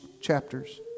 chapters